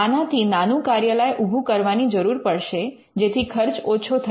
આનાથી નાનું કાર્યાલય ઉભુ કરવાની જરૂર પડશે જેથી ખર્ચ ઓછો થશે